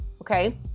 Okay